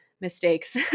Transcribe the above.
mistakes